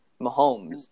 Mahomes